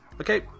Okay